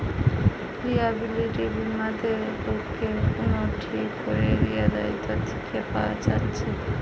liability বীমাতে লোককে কুনো ঠিক কোরে দিয়া দায়িত্ব থিকে বাঁচাচ্ছে